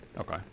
Okay